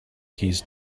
keys